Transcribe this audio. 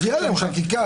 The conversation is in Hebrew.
אז תהיה להן חקיקה.